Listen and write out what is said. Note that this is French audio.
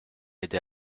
aidé